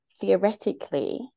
theoretically